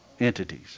entities